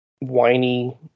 whiny